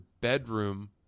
bedroom